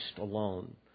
alone